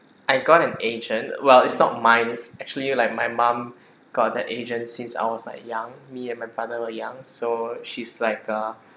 I got an agent well is not mine is actually like my mum got that agent since I was like young me and my brother were young so she's like a